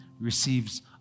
Receives